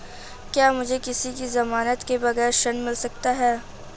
क्या मुझे किसी की ज़मानत के बगैर ऋण मिल सकता है?